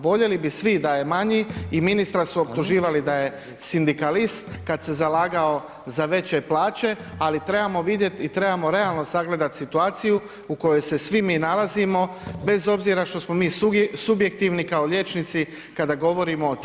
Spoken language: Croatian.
Voljeli bi svi da je manji i ministra su optuživali da je sindikalist kada se zalagao za veće plaće, ali trebamo vidjeti i trebamo realno sagledati situaciju u kojoj se svi mi nalazimo bez obzira što smo mi subjektivni kao liječnici kada govorimo o temi zdravstva.